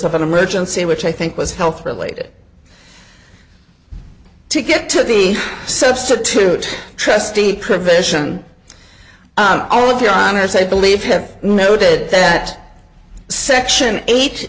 of an emergency which i think was health related ticket to the substitute trustee provision all of your honor so i believe him noted that section eight